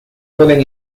pueden